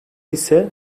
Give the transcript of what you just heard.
ise